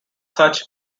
such